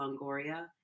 Longoria